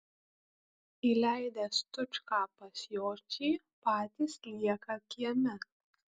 įleidę stučką pas jočį patys lieka kieme